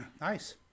nice